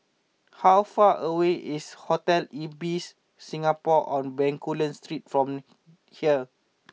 how far away is Hotel Ibis Singapore on Bencoolen from here